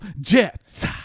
Jets